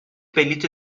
بلیط